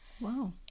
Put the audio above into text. wow